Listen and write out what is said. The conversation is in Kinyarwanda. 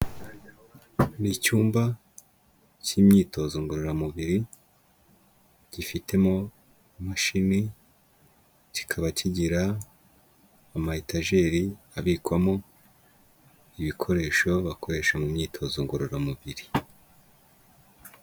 Ni icyumba k'imyitozo ngororamubiri, gifitemo imashini kikaba kigira ama etajeri abikwamo ibikoresho bakoresha mu myitozo ngororamubiri.